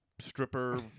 Stripper